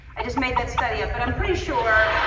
i just made that study up, but i'm pretty sure